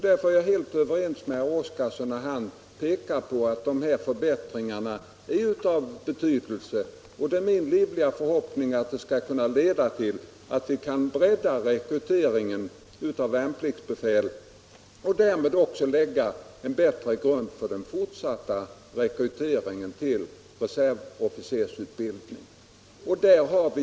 Därför är jag helt överens med herr Oskarson, när han konstaterar att dessa förbättringar är av betydelse. Det är också min livliga förhoppning att ersättningarna nu skall leda till att vi kan bredda rekryteringen av värnpliktsbefäl och därmed också lägga en bättre grund för den fortsatta rekryteringen till reservofficersutbildningen.